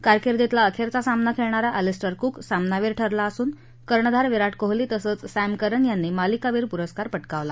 कारकिर्दीतला अखखि सामना खेळ्यारा एलिस्टर कुक सामनावीर ठरला असून कर्णधार विराट कोहली तसंच सम्र करन यांनी मालिकावीर पुरस्कार पटकावला